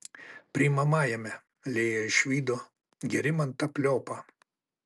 priimamajame lėja išvydo gerimantą pliopą